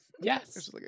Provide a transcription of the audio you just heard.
Yes